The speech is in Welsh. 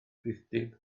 rhithdyb